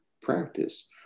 practice